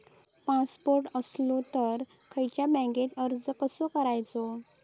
Passport असलो तर खयच्या बँकेत अर्ज कसो करायचो?